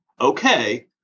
Okay